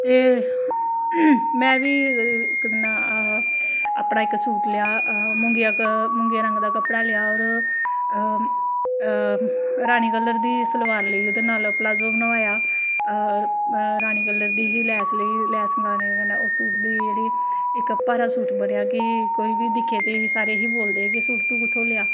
ते में बी अपना इक सूट लेआ मुंगिया मुंगिया रंग दा कपड़ा लेआ होर रानी कलर दी सलवार लेई ओह्दे नाल प्लाजो बनवाया रानी कलर दी गै लैस लेई लैस कन्नै ओह् सूट दी जेह्ड़ी इक भारा सूट बनेआ कि कोई बी दिक्खे ते सारे एह् बोलदे कि तू एह् सूट कुत्थूं लेआ